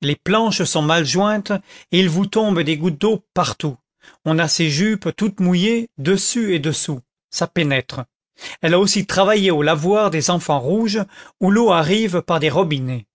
les planches sont mal jointes et il vous tombe des gouttes d'eau partout on a ses jupes toutes mouillées dessus et dessous ça pénètre elle a aussi travaillé au lavoir des enfants rouges où l'eau arrive par des robinets